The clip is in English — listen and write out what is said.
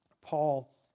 Paul